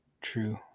True